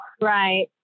Right